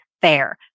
fair